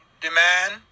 demand